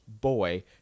boy